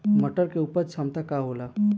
मटर के उपज क्षमता का होला?